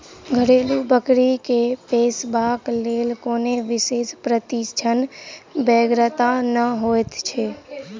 घरेलू बकरी के पोसबाक लेल कोनो विशेष प्रशिक्षणक बेगरता नै होइत छै